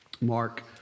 Mark